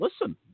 listen